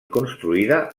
construïda